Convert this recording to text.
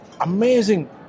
amazing